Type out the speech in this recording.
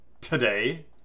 today